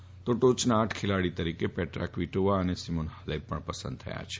ઉપરાંત ટોચના આઠ ખેલાડી તરીકે પેટ્રા ક્વીટોવા અને સિમોના ફાલેપ પણ પસંદ થઈ છે